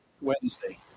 Wednesday